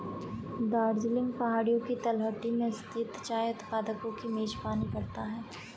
दार्जिलिंग पहाड़ियों की तलहटी में स्थित चाय उत्पादकों की मेजबानी करता है